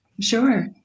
Sure